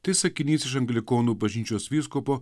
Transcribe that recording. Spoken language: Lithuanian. tai sakinys iš anglikonų bažnyčios vyskupo